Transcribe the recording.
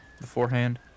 beforehand